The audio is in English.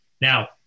Now